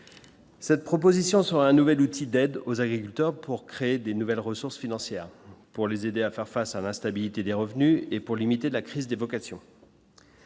Cette proposition sera un nouvel outil d'aide aux agriculteurs pour créer des nouvelles ressources financières pour les aider à faire face à l'instabilité des revenus et pour limiter la crise des vocations.